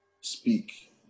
speak